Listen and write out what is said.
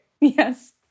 Yes